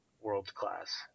world-class